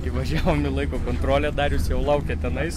įvažiavom į laiko kontrolę darius jau laukė tenais